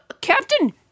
Captain